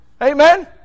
Amen